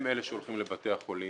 הם אלה שהולכים לבתי החולים,